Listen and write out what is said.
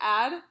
add